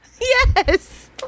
Yes